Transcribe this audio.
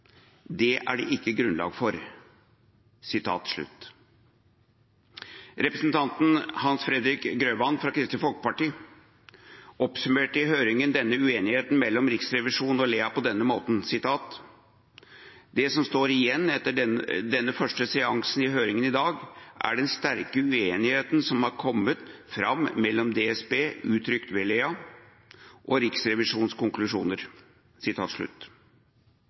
det er det ikke grunnlag for. Representanten Hans Fredrik Grøvan fra Kristelig Folkeparti oppsummerte i høringen denne uenigheten mellom Riksrevisjonen og Lea på denne måten: «Det som står igjen etter denne første seansen i høringen i dag, er den sterke uenigheten som har kommet fram mellom DSB, uttrykt ved Lea, og Riksrevisjonens konklusjoner.»